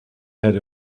had